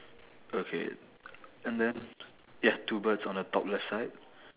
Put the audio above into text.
okay and then ya two birds on the top left side